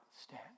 stand